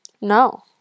No